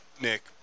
Nick